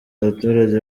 abaturage